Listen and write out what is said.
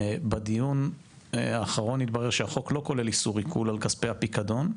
בדיון האחרון התברר שהחוק לא כולל איסור עיקול על כספי הפיקדון,